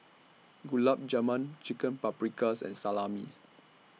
Gulab Jamun Chicken Paprikas and Salami